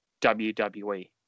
WWE